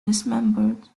dismembered